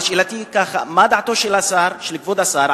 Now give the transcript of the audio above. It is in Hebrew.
אבל שאלתי היא ככה: מה דעתו של כבוד השר